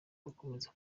bakomeza